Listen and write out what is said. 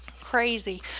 Crazy